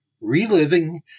Reliving